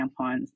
tampons